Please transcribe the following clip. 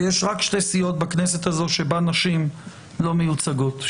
ויש רק שתי סיעות בכנסת הזו שבה נשים לא מיוצגות,